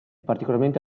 particolarmente